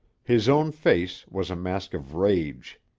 his own face was a mask of rage.